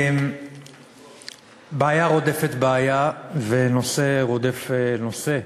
בעיה רודפת בעיה ונושא רודף נושא.